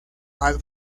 más